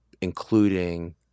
including